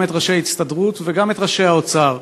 גם את ראשי ההסתדרות וגם את ראשי האוצר,